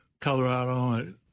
Colorado